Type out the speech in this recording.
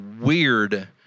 weird